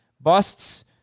Busts